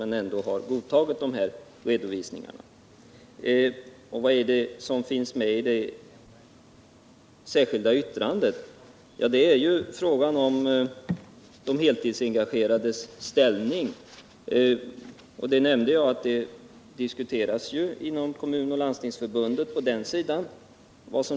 Vad är det som finns med i det särskilda yttrandet? Jo, det är frågan om de heltidsengagerade politikernas ställning. Jag nämnde tidigare att den diskuteras inom kommunoch landstingsförbunden.